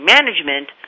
Management